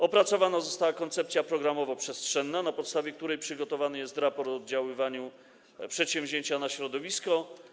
Opracowana została koncepcja programowo-przestrzenna, na podstawie której przygotowany jest raport o oddziaływaniu przedsięwzięcia na środowisko.